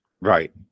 Right